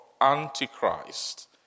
Antichrist